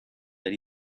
that